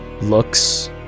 looks